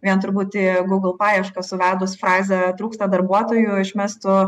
vien turbūt į google paiešką suvedus frazę trūksta darbuotojų išmestų